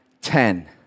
ten